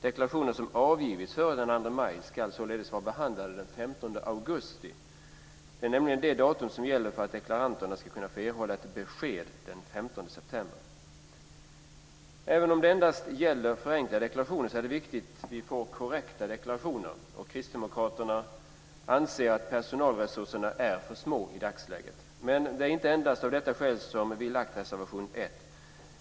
Deklarationer som avgivits före den 2 maj ska således vara behandlade den 15 augusti. Det är nämligen det datum som gäller för att deklaranterna ska kunna erhålla besked den 15 september. Även om detta endast gäller förenklade deklarationer är det viktigt att vi får korrekta deklarationer. Kristdemokraterna anser att personalresurserna är för små i dagsläget. Men det är inte endast av detta skäl som vi avgett reservation 1.